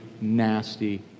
nasty